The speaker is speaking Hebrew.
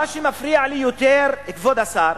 מה שמפריע לי יותר, כבוד השר,